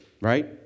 right